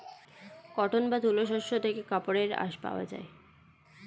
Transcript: cotton বা তুলো শস্য থেকে কাপড়ের আঁশ পাওয়া যায়